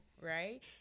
right